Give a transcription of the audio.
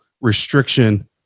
restriction